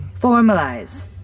Formalize